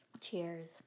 Cheers